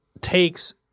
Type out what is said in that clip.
takes